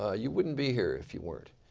ah you wouldn't be here if you weren't.